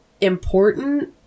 important